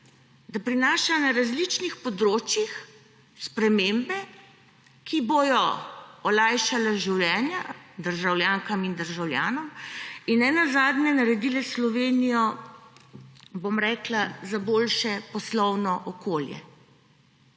da prinaša na različnih področjih spremembe, ki bodo olajšale življenja državljankam in državljanom in nenazadnje naredili Slovenijo za boljše poslovno okolje.